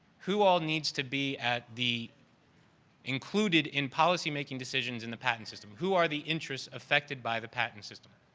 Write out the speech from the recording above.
who all needs to be at the included in policy making decisions in the patent system? who are the interests affected by the patent system?